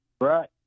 Right